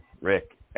Rick